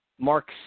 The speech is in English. Mark